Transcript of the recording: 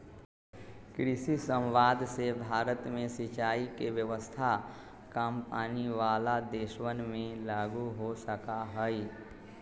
कृषि समवाद से भारत में सिंचाई के व्यवस्था काम पानी वाला देशवन में लागु हो सका हई